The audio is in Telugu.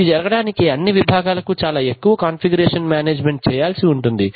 ఇది జరగడానికి అన్నీ విభాగాలకు చాలా ఎక్కువ కాన్ఫిగరేషన్ మేనేజ్మెంట్ చేయాల్సి ఉంటుంది